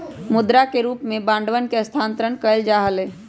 मुद्रा के रूप में बांडवन के स्थानांतरण कइल जा हलय